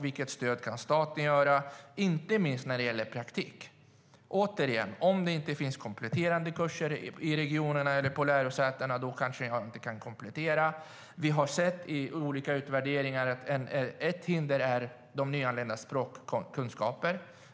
Vilket stöd kan staten ge, inte minst när det gäller praktik? Återigen: Om det inte finns kompletterande kurser i regionerna eller på lärosätena kanske man inte kan komplettera. Vi har sett i olika utvärderingar att ett hinder är de nyanländas språkkunskaper.